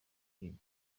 yiga